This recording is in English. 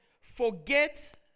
forget